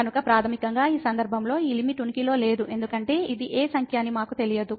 కాబట్టి ప్రాథమికంగా ఈ సందర్భంలో ఈ లిమిట్ ఉనికిలో లేదు ఎందుకంటే ఇది ఏ సంఖ్య అని మాకు తెలియదు